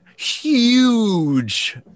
Huge